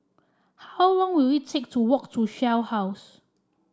how long will it take to walk to Shell House